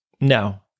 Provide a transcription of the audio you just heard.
no